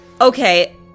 Okay